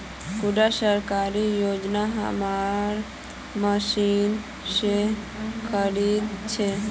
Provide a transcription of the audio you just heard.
कुंडा सरकारी योजना हमार मशीन से खरीद छै?